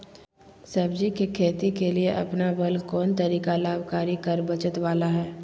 सब्जी के खेती के लिए अपनाबल कोन तरीका लाभकारी कर बचत बाला है?